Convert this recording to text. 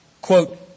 quote